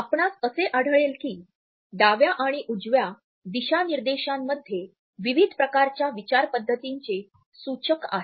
आपणास असे आढळेल की डाव्या आणि उजव्या दिशानिर्देशांमध्ये विविध प्रकारच्या विचारपद्धतींचे सूचक आहेत